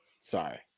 Sorry